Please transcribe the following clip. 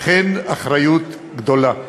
אכן, אחריות גדולה.